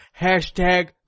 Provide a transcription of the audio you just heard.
hashtag